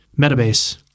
Metabase